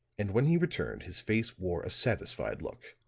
and when he returned his face wore a satisfied look.